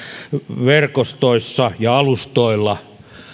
verkostoissa ja alustoilla